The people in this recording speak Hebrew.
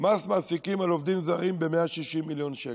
מס מעסיקים על עובדים זרים ב-160 מיליון שקל.